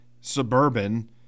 suburban